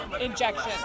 injection